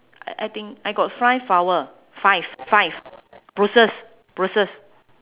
I I think I got five flower five five bruises bruises